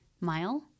mile